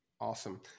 Awesome